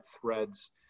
threads